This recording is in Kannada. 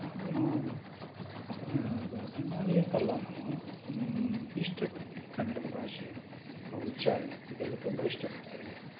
ನಾನು ಅದುನ್ನ ಅವರ ಅಭಿಮಾನಿ ಅಂತಲ್ಲ ನಾನು ಇಷ್ಟಪಡ್ತಿನಿ ಕನ್ನಡದ ಭಾಷೆ ಆ ಉಚ್ಚಾರಣೆ ಇದೆಲ್ಲ ತುಂಬ ಇಷ್ಟಪಡ್ತಾಯಿದ್ದೇನೆ